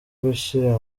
gushyira